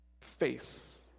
face